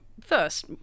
first